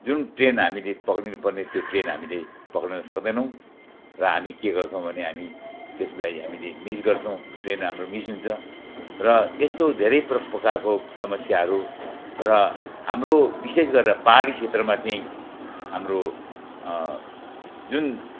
जुन ट्रेन हामीले पक्रिनुपर्ने त्यो ट्रेन हामीले पक्रिन सक्दैनौँ र हामी के गर्छौँ भने हामी त्यसलाई हामीले मिस गर्छौँ ट्रेन हाम्रो मिस हुन्छ र यस्तो धेरै प्र प्रकारको समस्याहरू र हाम्रो विशेष गरेर पाहाडी क्षेत्रमा चाहिँ हाम्रो जुन